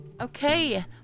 Okay